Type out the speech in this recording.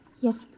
Yes